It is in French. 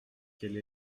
quelle